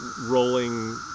rolling